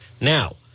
Now